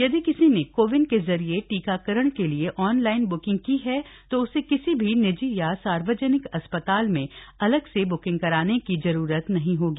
यदि किसी ने को विन के जरिए टीकाकरण के लिए ऑनलाइन ब्किंग की है तो उसे किसी भी निजी या सार्वजनिक अस्पताल में अलग से ब्किंग कराने की जरूरत नहीं होगी